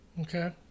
Okay